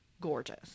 gorgeous